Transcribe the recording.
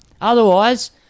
Otherwise